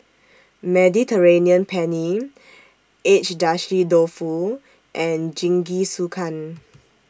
Mediterranean Penne Agedashi Dofu and Jingisukan